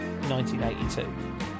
1982